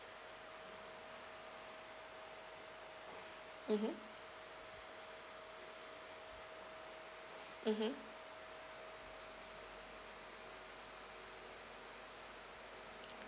mmhmm mmhmm